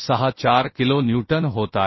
64 kilo newton होत आहे